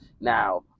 now